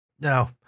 No